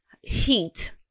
heat